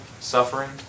suffering